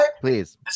Please